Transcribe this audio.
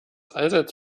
allseits